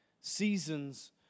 Seasons